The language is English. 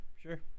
sure